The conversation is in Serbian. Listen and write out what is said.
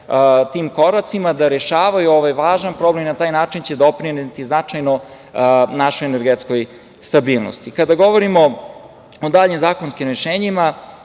tim koracima, da rešavaju ovaj važan problem i na taj način će doprineti značajno našoj energetskoj stabilnosti. Kada govorimo o daljim zakonskim rešenjima,